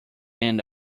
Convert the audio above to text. end